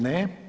Ne.